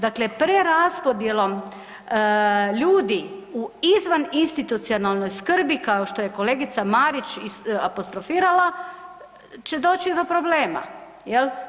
Dakle, preraspodjelom ljudi u izvan institucionalnoj skrbi, kao što je kolegica Marić apostrofirala će doći do problema jel.